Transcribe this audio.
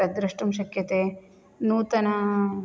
तद्द्रष्टुं शक्यते नूतन